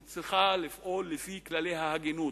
היא צריכה לפעול לפי כללי ההגינות.